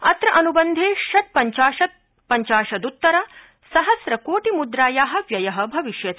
अत्र अनुबन्धे षट् पंचाशत् उत्तर सहम्र कोटि मुद्राया व्यय भविष्यति